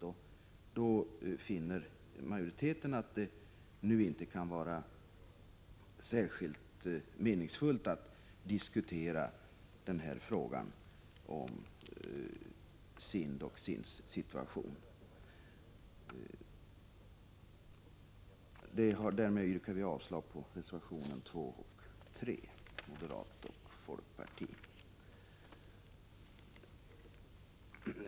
Majoriteten finner därför att det inte kan vara särskilt meningsfullt att nu diskutera frågan om SIND och SIND:s situation. Därmed yrkar jag avslag på reservationerna 2 och 3 från moderaterna resp. folkpartiet.